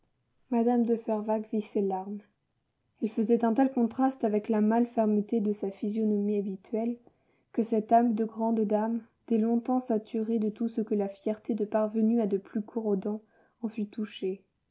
mme de fervaques vit ces larmes elles faisaient un tel contraste avec la mâle fermeté de sa physionomie habituelle que cette âme de grande dame dès longtemps saturée de tout ce que la fierté de parvenue a de plus corrodant en fut touchée